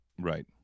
right